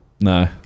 No